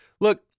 Look